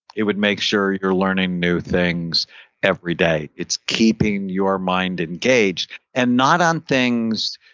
it would make sure you're learning new things every day. it's keeping your mind engaged and not on things.